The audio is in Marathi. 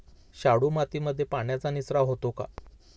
शाडू मातीमध्ये पाण्याचा निचरा होतो का?